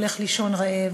הולך לישון רעב.